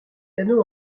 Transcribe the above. anneau